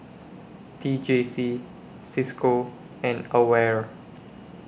T J C CISCO and AWARE